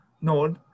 no